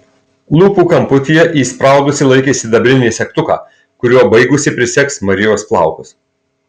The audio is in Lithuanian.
lūpų kamputyje įspraudusi laikė sidabrinį segtuką kuriuo baigusi prisegs marijos plaukus